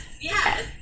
yes